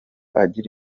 agira